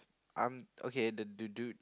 um okay the the dude